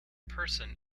person